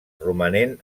romanent